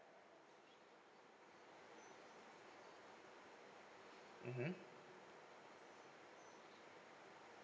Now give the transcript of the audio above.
mmhmm